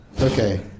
Okay